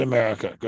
America